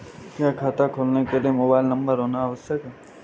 क्या खाता खोलने के लिए मोबाइल नंबर होना आवश्यक है?